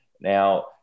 now